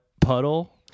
puddle